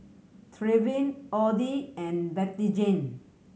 Trevin Oddie and Bettyjane